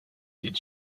did